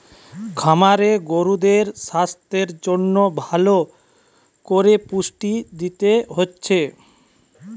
খামারে গরুদের সাস্থের জন্যে ভালো কোরে পুষ্টি দিতে হচ্ছে